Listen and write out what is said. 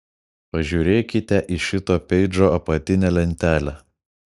pažiūrėkite į šito peidžo apatinę lentelę